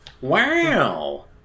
Wow